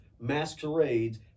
Masquerades